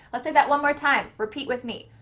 let's say that one more time. repeat with me,